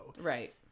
Right